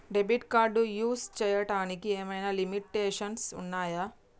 Debit card use చేయడానికి ఏమైనా limitations ఉన్నాయా?